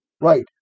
Right